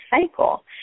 cycle